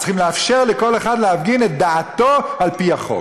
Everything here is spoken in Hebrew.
צריך לאפשר לכל אחד להפגין את דעתו על פי החוק.